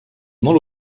molt